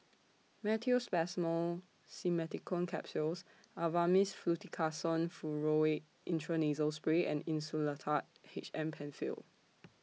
Meteospasmyl Simeticone Capsules Avamys Fluticasone Furoate Intranasal Spray and Insulatard H M PenFill